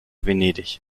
venedig